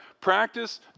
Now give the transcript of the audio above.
practice